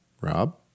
Rob